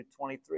23